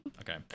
Okay